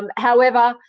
um however,